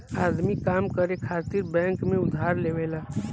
आदमी काम करे खातिर बैंक से उधार लेवला